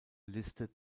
liste